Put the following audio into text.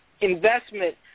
investment